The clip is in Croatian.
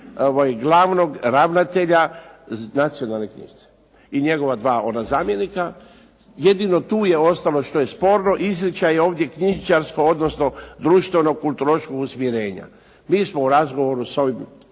glavnog ravnatelja Nacionalne knjižnice i njegova dva ona zamjenika. Jedino tu je ostalo što je sporno. Izričaj je ovdje knjižničarsko odnosno društveno kulturološkog usmjerenja. Mi smo u razgovorima s ovim